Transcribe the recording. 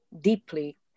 deeply